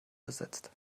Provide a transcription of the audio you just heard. besetzt